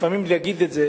להגיד אותם.